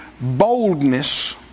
boldness